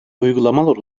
uygulamalar